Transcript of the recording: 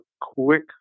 quick